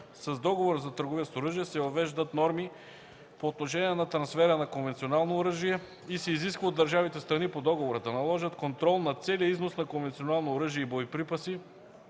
С Договора за търговията с оръжие се въвеждат норми по отношение на трансфера на конвенционално оръжие и се изисква от държавите – страни по договора, да наложат контрол над целия износ на конвенционално оръжие и боеприпаси,